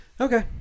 Okay